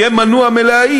יהיה מנוע מלהעיד.